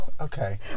Okay